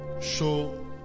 show